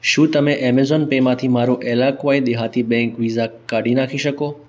શું તમે એમેઝોન પેમાંથી મારું એલ્લાક્વાઈ દેહાતી બેંક વિસા કાઢી નાખી શકો